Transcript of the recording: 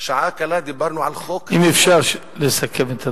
שעה קלה דיברנו על חוק, אם אפשר לסכם את הדברים.